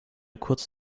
kurz